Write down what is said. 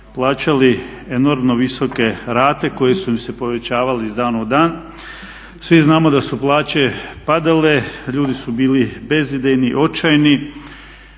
plaćali enormno visoke rate koje su im se povećavale iz dana u dan. Svi znamo da su plaće padale, a ljudi su bili bez idejni, očajni.